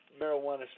marijuana